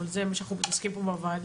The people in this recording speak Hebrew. אבל זה מה שאנחנו מתעסקים פה בוועדה,